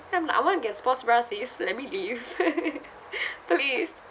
then I'm like I want to get sports bra sis let me live please